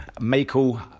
Michael